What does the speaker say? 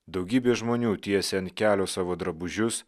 daugybė žmonių tiesia ant kelio savo drabužius